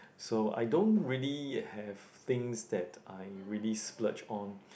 so I don't really have things that I really splurge on